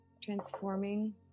Transforming